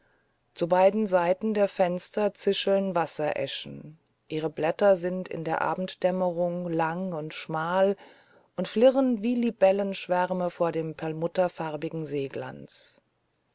zu beiden seiten der fenster zischeln wassereschen ihre blätter sind in der abenddämmerung lang und schmal und flirren wie libellenschwärme vor dem perlmutterfarbigen seeglanz